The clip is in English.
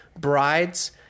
brides